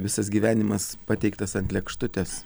visas gyvenimas pateiktas ant lėkštutės